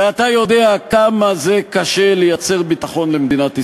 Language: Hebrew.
הרי אתה יודע כמה קשה לייצר ביטחון למדינת ישראל.